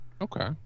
Okay